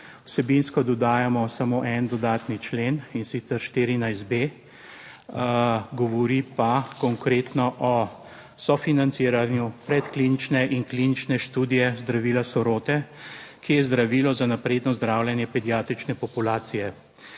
Vsebinsko dodajamo samo en dodatni člen, in sicer 14b, govori pa konkretno o sofinanciranju predklinične in klinične študije zdravila sirote, ki je zdravilo za napredno zdravljenje pediatrične populacije.